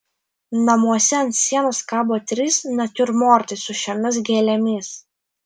namuose ant sienos kabo trys natiurmortai su šiomis gėlėmis